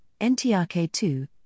NTRK2